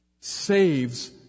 saves